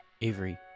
avery